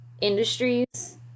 industries